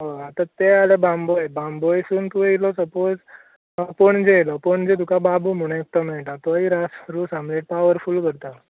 हय आता तें आले बांबोये बांबोयेसून तूं येयलो सपोज पणजे येयलो पणजे तुका एक बाबू म्हणू एकटो मेळटा तो रास रसऑमलेट पावर फूल करता